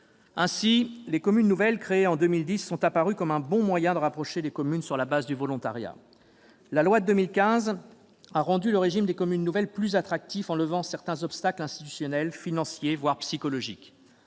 Ainsi, les communes nouvelles créées en 2010 sont apparues comme un bon moyen de rapprocher les communes sur la base du volontariat. La loi de 2015 a rendu le régime des communes nouvelles plus attractif en levant certains obstacles institutionnels, financiers, voire psychologiques.